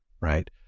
right